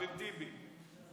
עכשיו הוא עבר צד, עכשיו עם טיבי.